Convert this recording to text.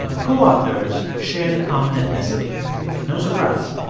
co-authors shared a common ethnicity no surprise.